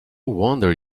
wonder